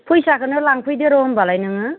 फैसाखौनो लांफैदो र' होनबालाय नोङो